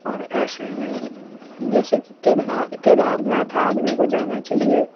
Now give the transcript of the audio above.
और ऐसे में जैसे कि केदा केदारनाथ आदमी को जाना चाहिए